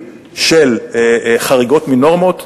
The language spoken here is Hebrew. ואם היו מקרים של חריגות מנורמות,